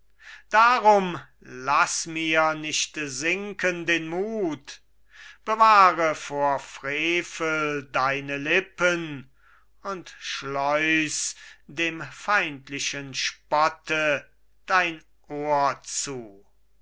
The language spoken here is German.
darum lass mir nicht sinken den mut bewahre vor frevel deine lippen und schleuß dem feindlichen spotte dein ohr zu